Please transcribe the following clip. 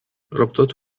ربطة